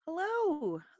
Hello